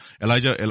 Elijah